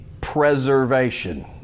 preservation